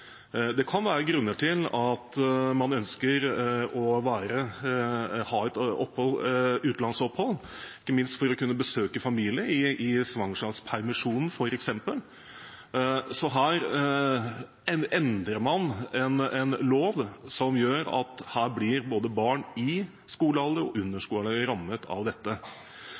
Det kan være grunner til at man ønsker å ha et utenlandsopphold, ikke minst for å kunne besøke familie i svangerskapspermisjonen, f.eks. Her endrer man loven slik at barn både i og under skolealder blir rammet. Vi i Kristelig Folkeparti er ikke enig i dette. Det er også høringsinstanser som